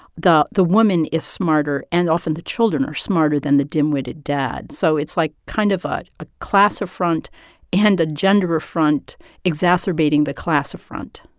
the the woman is smarter, and often the children are smarter than the dimwitted dad. so it's, like, kind of ah a class affront and a gender affront exacerbating the class affront